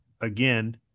again